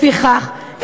לפיכך,